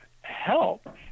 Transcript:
help